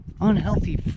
unhealthy